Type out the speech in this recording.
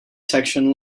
section